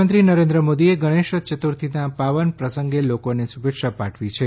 પ્રધાનમંત્રી નરેન્દ્ર મોદીએ ગણેશ યતુર્થીના પાવન પ્રસંગે લોકોને શુભેચ્છા પાઠવી છે